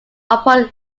upon